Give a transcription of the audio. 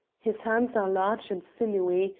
his hands are large and sinewy,